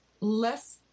less